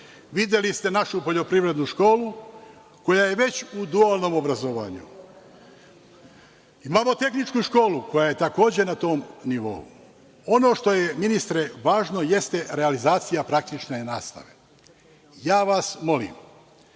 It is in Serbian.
Videli ste našu Poljoprivrednu školu koja je već u dualnom obrazovanju. Imamo Tehničku školu, koja je takođe na tom nivou. Ono što je, ministre, važno, jeste realizacija praktične nastave. Ja vas molim